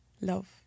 Love